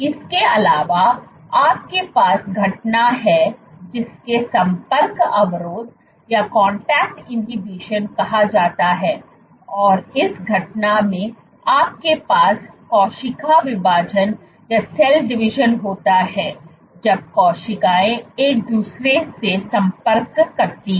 इसके अलावा आपके पास घटना है जिसको संपर्क अवरोध कहा जाता है और इस घटना में आपके पास कोशिका विभाजन होता है जब कोशिकाएं एक दूसरे से संपर्क करती हैं